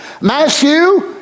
Matthew